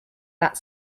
that